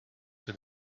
with